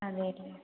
അതെ അല്ലെ